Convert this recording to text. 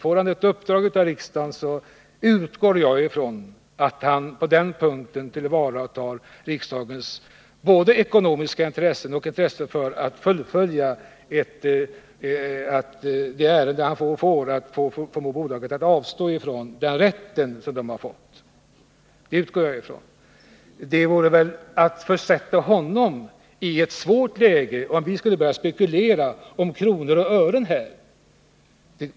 Får han ett uppdrag av riksdagen, så utgår jag ifrån att han tillvaratar både riksdagens ekonomiska intressen och intresset av att fullfölja ärendet — att förmå bolaget att avstå från den rätt som det har fått. Det vore väl att försätta jordbruksministern i ett svårt läge om vi här skulle börja spekulera om kronor och ören.